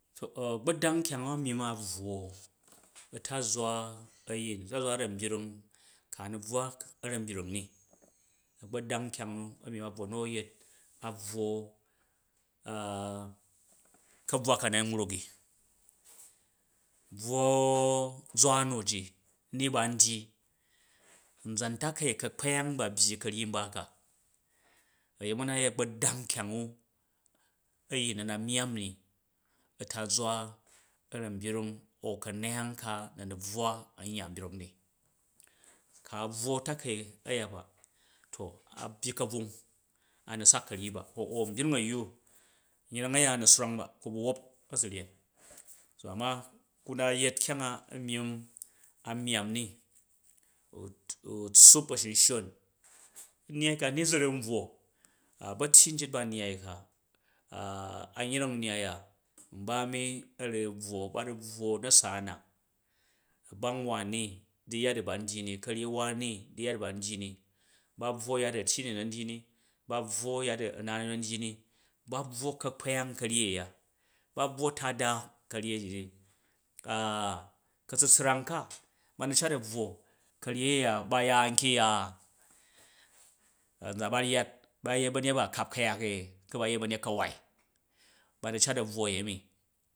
To a̱gba̱dang nkyang u a̱ myim a̱bvwo a̱tazur a̱yin ntazwa a̱ra̱mbyung ku a nu bvwa a̱rambyung ni, a̱gbodang nkyang u na a̱yet a̱bvw kabvwa ka na mwruki, u̱ bvwo ka̱buwa ka na nwriki, u̱ bvwo zwa nu ji ni ban dyi, nzan takei ka̱kpyang ba̱ byyi ka̱ryi nba ka. A̱yemi nu a̱nayet a̱gba̱dang nkyang u eyim na na myamm ni a̱ntazwa a̱ran byring an ka̱noyang ka na mu bvwa a̱n yya a̱mboryring ni. Ku a̱ bvwo takai aya ba to a̱ byi ka̱bvung a̱ nusak ka̱yi ba a̱nbyring a̱yyu yreng a̱ ya nu swrang ba ku ba̱ wop a̱zwuyen, to am ku na yet kyanga, a̱ myim a myam ni u-u tsuup ba̱shunshon. Nnyai ka ni zu ru nbvwo, ba̱tyi ryit ba nnyai ka, a yreng nnyai a nba a̱mi a̱ ru bvwo ba ru bvwo na̱sa na, a̱bang wani di yya ji ba ndyi ni, ka̱ryi wani. di yya ji ba ndyi ni, ba buwo yya ji a̱tyi nu na ndyi ni ba bvwo yan ji a̱na nu nan dyi ni, babvwo a̱kpyong ka̱ryi a̱ya, ba bvwo tada ka̱ryi aryi ka̱tsutsrang ka ba nu eat a̱bvwo ka̱ryi a̱ya ba ya nkyingya a̱nzan ba nyat, ba yet ba̱nyet ba a̱ kap ku̱yak, ku ba yet ba̱nyot ka̱wai, ba nu cat a̱ bvwo a̱yemi.